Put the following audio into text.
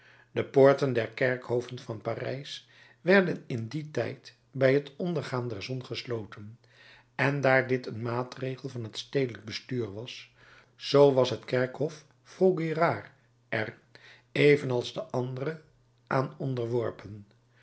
de poorten der kerkhoven van parijs werden in dien tijd bij het ondergaan der zon gesloten en daar dit een maatregel van het stedelijk bestuur was zoo was het kerkhof vaugirard er evenals de andere aan onderworpen